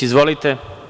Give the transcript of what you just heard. Izvolite.